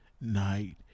night